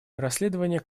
расследование